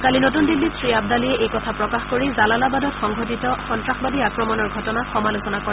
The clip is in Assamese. কালি নতুন দিল্লীত শ্ৰীআবদালিয়ে এই কথা প্ৰকাশ কৰি জালালাবাদত সংঘটিত সন্তাসবাদী আক্ৰমণৰ ঘটনাক সমালোচনা কৰে